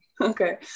Okay